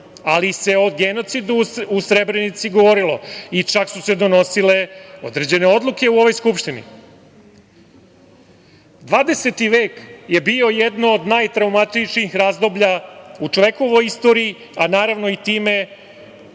ali se o genocidu u Srebrenici govorilo i čak su se donosile određene odluke u ovoj Skupštini. Dvadeseti vek je bio jedno od najtraumatičnijih razdoblja u čovekovoj istoriji, a naravno i time